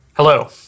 Hello